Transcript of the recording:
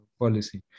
policy